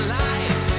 life